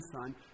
Son